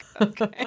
okay